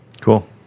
Cool